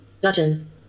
Button